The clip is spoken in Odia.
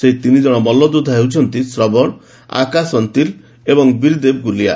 ସେହି ଡିନି ଜଣ ମଲ୍ଲଯୋଦ୍ଧା ହେଉଛନ୍ତି ଶ୍ରବଣ ଆକାଶ ଅନ୍ତିଲ ଏବଂ ବୀରଦେବ ଗୁଲିଆ